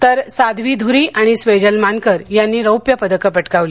तर साध्वी धूरी आणि स्वेजल मानकर यांनी रौप्यपदकं पटकावली